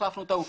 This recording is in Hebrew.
החלפנו את ההוא.